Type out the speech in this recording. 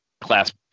class